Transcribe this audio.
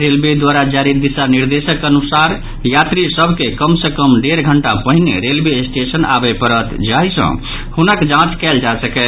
railway द्वारा जारी दिशा निर्देशक अनुसार यात्री सभ के कम सॅ कम डेढ़ घंटा पहिने रेलवे स्टेशन आबय पड़त जाहि सॅ हुनक जांच कयल जा सकय